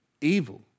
Evil